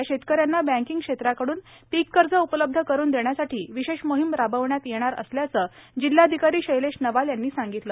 या शेतकऱ्यांना बँकींग क्षेत्राकडून पीक कर्ज उपलब्ध करुन देण्यासाठी विशेष मोहिम राबविण्यात येणार असल्याचं अमरावतीचे जिल्हाधिकारी शैलेश नवाल यांनी सांगितलं